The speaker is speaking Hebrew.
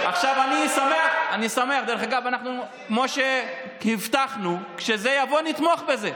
אגב, כמו שהבטחנו, כשזה יבוא, נתמוך בזה,